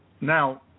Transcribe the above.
Now